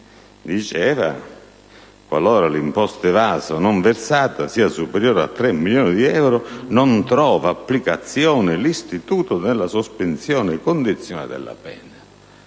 prevedeva che «qualora l'imposta evasa non versata sia superiore a tre milioni di euro non trova applicazione l'istituto della sospensione condizionale della pena»;